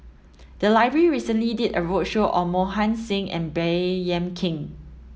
the library recently did a roadshow on Mohan Singh and Baey Yam Keng